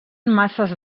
masses